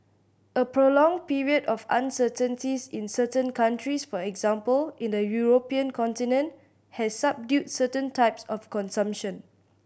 a prolonged period of uncertainties in certain countries for example in the European continent has subdued certain types of consumption